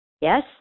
Yes